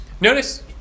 Notice